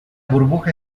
burbuja